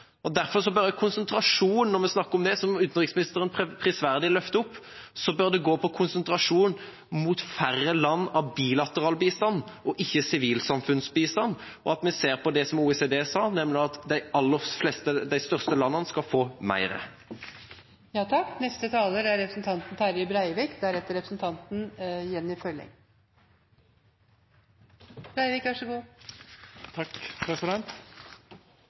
Som utenriksministeren prisverdig løfter opp, bør konsentrasjonen av bilateral bistand gå til færre land, men ikke sivilsamfunnsbistand, og at vi ser på det som OECD sa, nemlig at de største landene skal få mer. Tilgang til marknader globalt og lokalt er